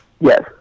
Yes